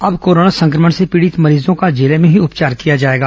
अब कोरोना संक्रमण से पीड़ित मरीजों का जिले में ही उपचार किया जाएगा